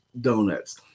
donuts